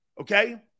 Okay